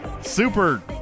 super